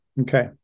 Okay